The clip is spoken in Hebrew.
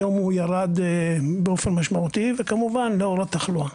היום הוא ירד באופן משמעותי, וכמובן לאור התחולה.